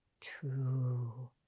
true